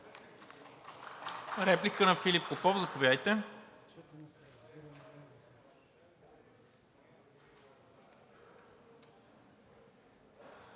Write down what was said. Реплика на Филип Попов – заповядайте.